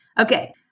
Okay